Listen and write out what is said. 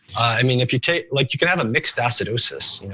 i mean if you take. like you can have a mixed acidosis, you know?